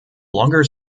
longer